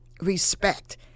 respect